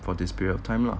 for this period of time lah